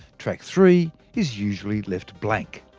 track three is usually left blank.